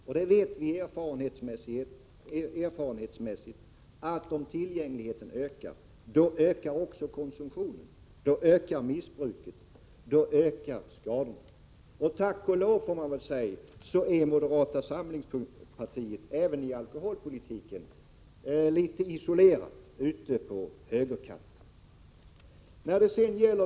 Vi vet erfarenhetsmässigt att även konsumtionen, missbruket och skadorna ökar när tillgängligheten till alkohol ökar. Tack och lov är moderaterna även i alkoholpolitiken isolerade ute på högerkanten.